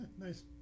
Nice